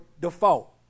default